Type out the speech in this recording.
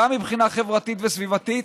גם מבחינה חברתית וסביבתית,